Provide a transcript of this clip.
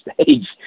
stage